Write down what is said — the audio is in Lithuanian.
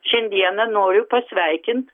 šiandieną noriu pasveikint